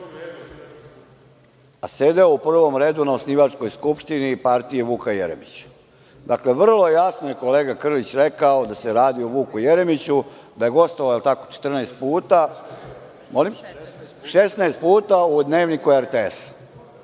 a sedeo u prvom redu na osnivačkoj Skupštini i partije Vuka Jeremića. Dakle, vrlo jasno je kolega Krlić rekao da se radi o Vuku Jeremiću, da je gostovao 16 puta u „Dnevniku“ RTS.